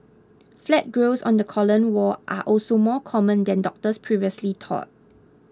flat growths on the colon wall are also more common than doctors previously thought